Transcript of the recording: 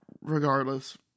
regardless